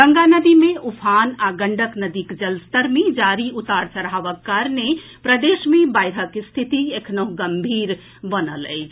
गंगा नदी मे उफान आ गंडक नदीक जलस्तर मे जारी उतार चढ़ावक कारणे प्रदेश मे बाढ़िक स्थिति एखनहुं गम्भीर बनल अछि